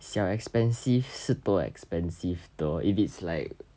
siao expensive 是多 expensive though if it's like